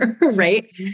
right